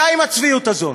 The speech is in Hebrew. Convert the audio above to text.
די עם הצביעות הזאת.